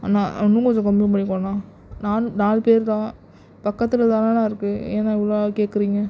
அண்ணா இன்னும் கொஞ்சம் கம்மி பண்ணிக்கோங்க அண்ணா நாலு நாலு பேர் தான் பக்கத்தில் தானே அண்ணா இருக்குது ஏன்ண்ணா இவ்வளோ கேட்கறிங்க